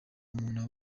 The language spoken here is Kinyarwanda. umuntu